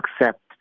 accept